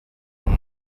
and